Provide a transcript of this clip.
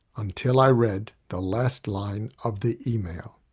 until i read the last line of the email